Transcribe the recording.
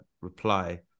reply